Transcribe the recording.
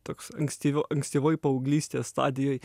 toks ankstyvo ankstyvoj paauglystės stadijoj